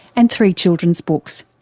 and three children's books.